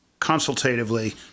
consultatively